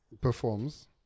performs